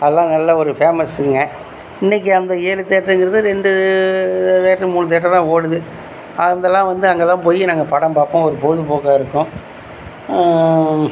அதுல்லாம் நல்ல ஒரு ஃபேமஸுங்க இன்னைக்கு அந்த ஏலு தேட்ருங்கறது ரெண்டு தேட்ரு மூணு தேட்ருதான் ஓடுது அதல்லாம் வந்து அங்கதான் போய் நாங்கள் படம் பார்ப்போம் ஒரு பொழுதுப்போக்காக இருக்கும்